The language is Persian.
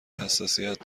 حساسیت